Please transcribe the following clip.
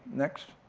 next.